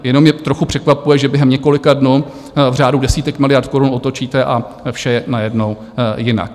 Jenom mě trochu překvapuje, že během několika dnů, v řádu desítek miliard korun otočíte a vše je najednou jinak.